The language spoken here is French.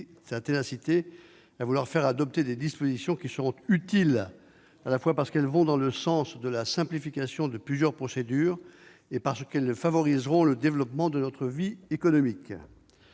sa ténacité à vouloir faire adopter des dispositions qui seront utiles, à la fois parce qu'elles vont dans le sens de la simplification de plusieurs procédures et parce qu'elles favoriseront le développement de notre vie économique.